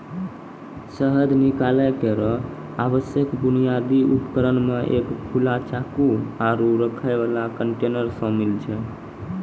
शहद निकालै केरो आवश्यक बुनियादी उपकरण म एक खुला चाकू, आरु रखै वाला कंटेनर शामिल छै